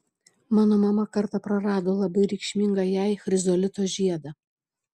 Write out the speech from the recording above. mano mama kartą prarado labai reikšmingą jai chrizolito žiedą